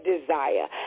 desire